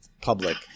public